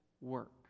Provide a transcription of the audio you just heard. work